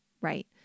right